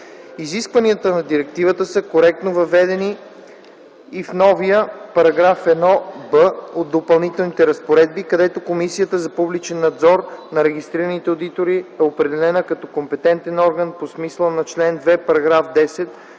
Изискванията на Директивата са коректно въведени и в новия § 1б от Допълнителните разпоредби, където Комисията за публичен надзор над регистрираните одитори е определена като компетентен орган по смисъла на чл. 2, § 10